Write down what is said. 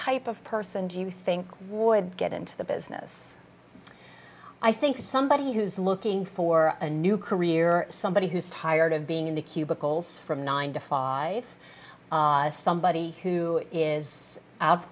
type of person do you think would get into the business i think somebody who's looking for a new career or somebody who's tired of being in the cubicles from nine to five somebody who is out of